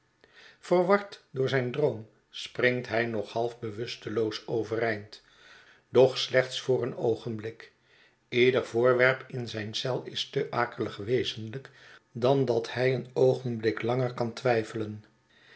yerward door zijn droom springt hij nog half bewusteloos overeind doch slechts voor een oogenblik ieder voorwerp in zijn eel is te akelig wezenlijk dan dat hij een oogenblik langer kan twijfelen